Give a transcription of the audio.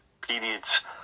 periods